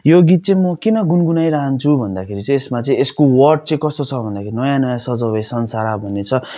यो गीत चाहिँ म किन गुन्गुनाइरहन्छु भन्दाखेरि चाहिँ यसमा चाहिँ यसको वर्ड चाहिँ कस्तो छ भन्दाखेरि नयाँ नयाँ सजाऊँ है संसार भन्ने छ